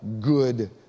good